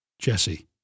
Jesse